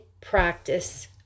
practice